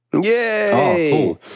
Yay